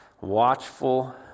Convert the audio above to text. watchful